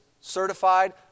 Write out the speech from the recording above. certified